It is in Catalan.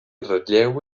ratlleu